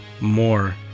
more